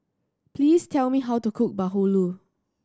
please tell me how to cook bahulu